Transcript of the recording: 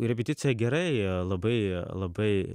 repeticija gerai labai labai